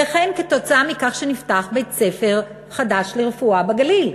וכן כתוצאה מכך שנפתח בית-ספר חדש לרפואה בגליל,